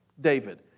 David